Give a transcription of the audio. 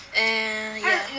and ya